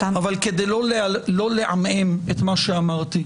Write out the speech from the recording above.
אבל כדי לא לעמעם את מה שאמרת,